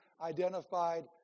identified